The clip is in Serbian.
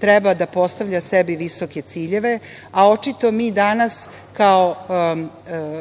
treba da postavlja sebi visoke ciljeve, a očito smo se mi danas kao